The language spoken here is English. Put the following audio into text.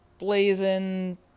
blazing